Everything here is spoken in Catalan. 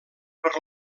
per